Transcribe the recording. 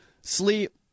Sleep